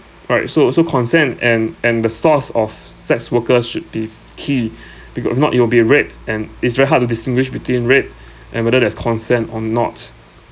alright so so consent and and the source of sex workers should be key because if not you will be raped and it's very hard to distinguish between rape and whether there's consent or not